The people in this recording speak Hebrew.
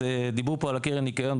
דיברו פה על קרן הניקיון.